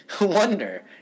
wonder